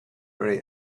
very